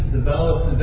developed